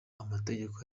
amategeko